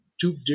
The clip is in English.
Two